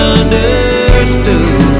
understood